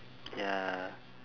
ya